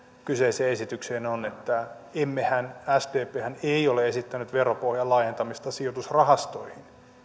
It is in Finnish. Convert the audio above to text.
kyseiseen esitykseen on että sdphän ei ole esittänyt veropohjan laajentamista sijoitusrahastoihin